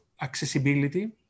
accessibility